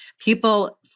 people